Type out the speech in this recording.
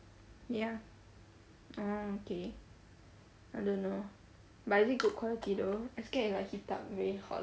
ya orh okay I don't know but is it good quality though I scared it'll like heat up very hot